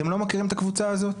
אתם לא מכירים את הקבוצה הזאת?